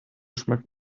schmücken